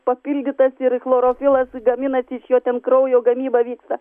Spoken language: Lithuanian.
papildytas ir chlorofilas gaminas iš jo ten kraujo gamyba vyksta